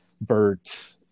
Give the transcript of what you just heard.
Bert